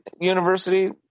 university